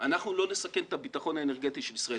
אנחנו לא נסכן את הביטחון האנרגטי של ישראל.